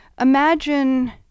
imagine